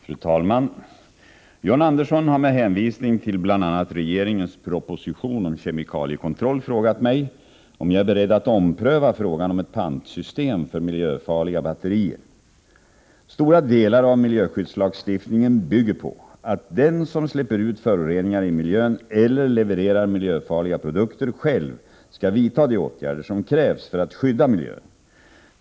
Fru talman! John Andersson har med hänvisning till bl.a. regeringens proposition om kemikaliekontroll frågat mig om jag är beredd att ompröva frågan om ett pantsystem för miljöfarliga batterier. Stora delar av miljöskyddslagstiftningen bygger på att den som släpper ut föroreningar i miljön eller levererar miljöfarliga produkter själv skall vidta de åtgärder som krävs för att skydda miljön.